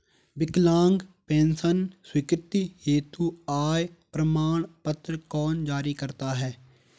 विकलांग पेंशन स्वीकृति हेतु आय प्रमाण पत्र कौन जारी करता है?